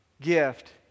gift